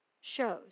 shows